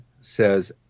says